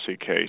case